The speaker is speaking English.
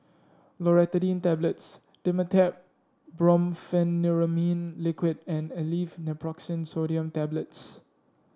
Loratadine Tablets Dimetapp Brompheniramine Liquid and Aleve Naproxen Sodium Tablets